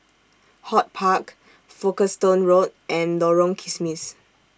HortPark Folkestone Road and Lorong Kismis